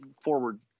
forward